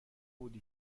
بودی